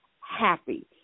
happy